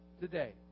today